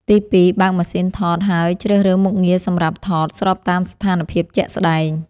ទី2 បើកម៉ាស៊ីនថតហើយជ្រើសរើសមុខងារសម្រាប់ថតស្របតាមស្ថានភាពជាក់ស្តែង។